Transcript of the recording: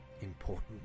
Important